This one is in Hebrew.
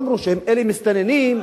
ועברו למצרים,